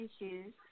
issues